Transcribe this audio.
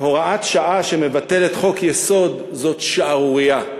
שהוראת שעה שמבטלת חוק-יסוד זאת שערורייה,